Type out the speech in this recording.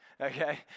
okay